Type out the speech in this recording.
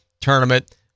Tournament